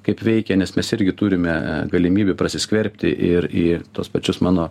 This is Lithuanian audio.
kaip veikia nes mes irgi turime galimybių prasiskverbti ir į tuos pačius mano